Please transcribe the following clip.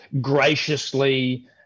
graciously